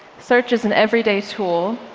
search is an everyday tool,